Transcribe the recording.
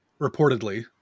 reportedly